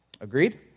Agreed